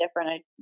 different